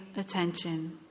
attention